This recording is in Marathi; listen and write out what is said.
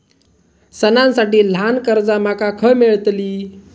सणांसाठी ल्हान कर्जा माका खय मेळतली?